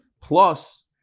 plus